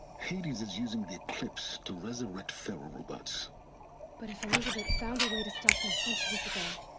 hades is using the eclipse, to resurrect faro robots but if elisabet found a way to stop them centuries ago.